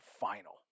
final